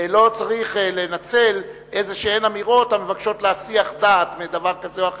ולא צריך לנצל איזה אמירות המבקשות להסיח דעת מדבר כזה או אחר.